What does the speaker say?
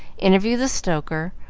interview the stoker,